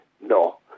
No